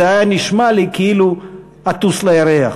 זה היה נשמע לי כאילו אטוס לירח.